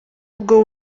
ubwo